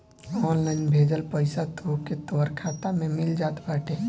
online भेजल पईसा तोहके तोहर खाता में मिल जात बाटे